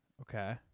Okay